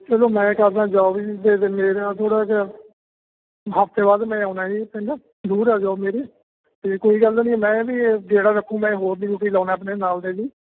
ਚਲੋ ਮੈਂ ਕਰਦਾ ਜੋਬ ਜੀ ਅਤੇ ਮੇਰਾ ਥੋੜ੍ਹਾ ਜਿਹਾ ਹਫਤੇ ਬਾਅਦ ਮੈਂ ਆਉਂਦਾ ਜੀ ਪਿੰਡ ਦੂਰ ਆ ਜੋਬ ਮੇਰੀ ਅਤੇ ਕੋਈ ਗੱਲ ਨਹੀਂ ਮੈਂ ਵੀ ਗੇੜਾ ਰੱਖੂ ਮੈਂ ਹੋਰ ਡਿਊਟੀ ਲਾਉਣਾ ਆਪਣੇ ਨਾਲ ਦੇ ਦੀ